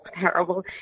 terrible